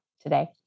today